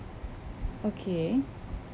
okay